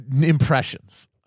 impressions